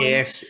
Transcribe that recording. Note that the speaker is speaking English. Yes